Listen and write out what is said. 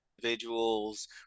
individuals